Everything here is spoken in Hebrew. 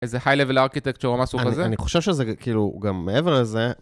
איזה high-level architecture או משהו כזה? אני חושב שזה כאילו, גם מעבר לזה...